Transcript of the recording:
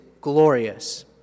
glorious